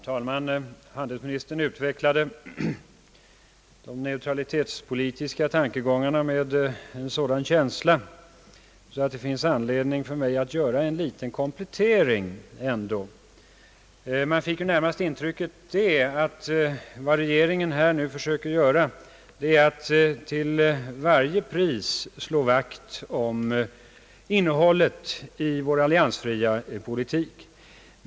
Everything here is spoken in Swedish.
Herr talman! Handelsministern utvecklade de neutralitetspolitiska tankegångarna med verklig känsla, men det finns i alla fall anledning för mig att göra en liten komplettering. Man fick ju närmast det intrycket, att regeringen nu försöker till varje pris slå vakt om innehållet i vår alliansfria politik.